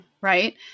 Right